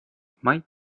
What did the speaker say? mait